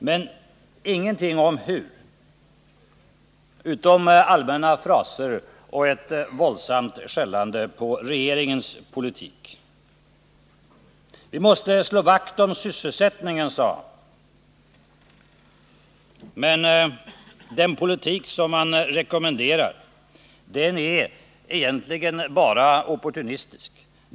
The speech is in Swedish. Men han sade ingenting om hur det skall ske, utom allmänna fraser och ett våldsamt skällande på regeringens politik. Vi måste slå vakt om sysselsättningen, sade Olof Palme också. Men den politik som han rekommenderar är egentligen bara opportunistisk.